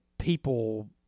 People